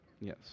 Yes